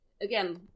again